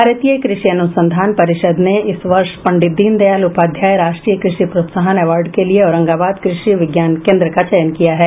भारतीय कृषि अनुसंधान परिषद ने इस वर्ष पंडित दीनदयाल उपाध्याय राष्ट्रीय कृषि प्रोत्साहन अवार्ड के लिए औरंगाबाद कृषि विज्ञान केन्द्र का चयन किया है